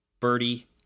birdie